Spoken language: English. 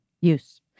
use